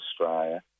Australia